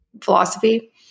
philosophy